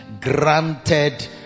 granted